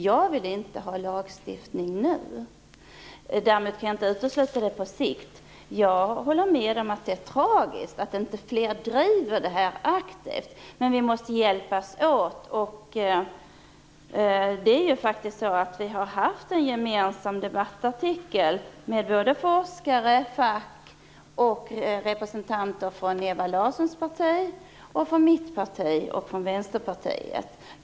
Jag vill inte ha lagstiftning nu, däremot kan jag inte utesluta det på sikt. Jag håller med om att det är tragiskt att inte fler driver det här aktivt, men vi måste hjälpas åt. Vi har ju faktiskt haft en gemensam debattartikel med forskare, fack och representanter från Ewa Larssons parti, mitt parti och Vänsterpartiet.